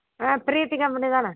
ம் பீர்த்தி கம்பெனிதானே